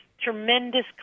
tremendous